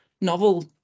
novel